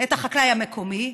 את החקלאי המקומי,